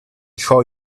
show